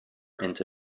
into